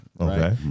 Okay